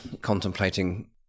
contemplating